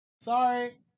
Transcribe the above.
Sorry